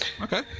okay